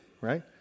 right